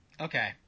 Okay